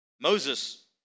Moses